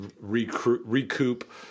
recoup